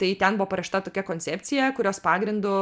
tai ten buvo paruošta tokia koncepcija kurios pagrindu